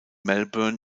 melbourne